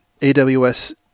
AWS